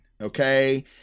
okay